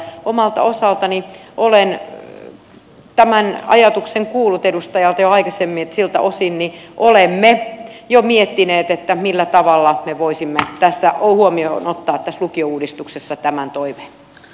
omalta osaltani olen tämän ajatuksen kuullut edustajalta jo aikaisemmin niin että siltä osin olemme jo miettineet millä tavalla me voisimme huomioon ottaa tässä lukiouudistuksessa tämän toiveen